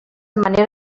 manera